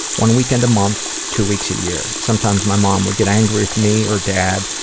one weekend a month, two weeks a year. sometimes my mom would get angry with me or dad,